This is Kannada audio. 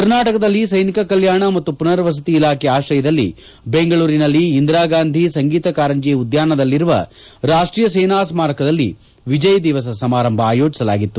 ಕರ್ನಾಟಕದಲ್ಲಿ ಸೈನಿಕ ಕಲ್ಯಾಣ ಮತ್ತು ಮನರ್ವಸತಿ ಇಲಾಖೆ ಆಶ್ರಯದಲ್ಲಿ ಬೆಂಗಳೂರಿನಲ್ಲಿ ಇಂದಿರಾ ಗಾಂಧಿ ಸಂಗೀತ ಕಾರಂಜಿ ಉದ್ಯಾನವನದಲ್ಲಿರುವ ರಾಷ್ಟೀಯ ಸೇನಾ ಸ್ಟಾರಕದಲ್ಲಿ ವಿಜಯ್ ದಿವಸ ಸಮಾರಂಭ ಆಯೋಜಿಸಲಾಗಿತ್ತು